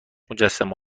مجسمه